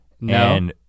No